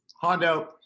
Hondo